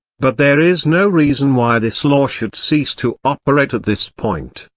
but there is no reason why this law should cease to operate at this point,